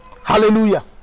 Hallelujah